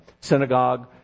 synagogue